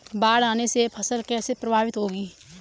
बाढ़ आने से फसल कैसे प्रभावित होगी?